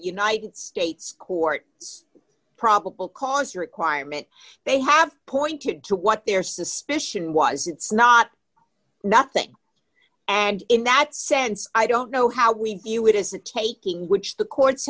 united states court it's probable cause requirement they have pointed to what their suspicion was it's not nothing and in that sense i don't know how we view it as a taking which the courts